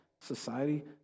society